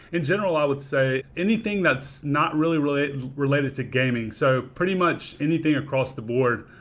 in general, i would say, anything that's not really really related to gaming. so pretty much anything across the board,